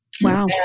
Wow